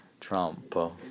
Trump